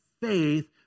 faith